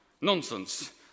Nonsense